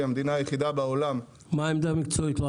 המדינה היחידה בעולם --- לא ענית מה העמדה המקצועית.